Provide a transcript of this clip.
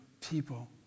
people